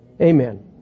Amen